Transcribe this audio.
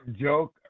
joke